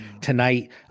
tonight